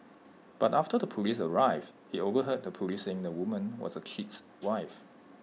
but after the Police arrived he overheard the Police saying the woman was the cheat's wife